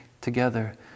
together